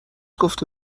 گفته